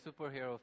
superhero